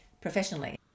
professionally